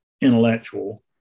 intellectual